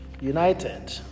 united